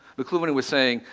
mcluhan was saying,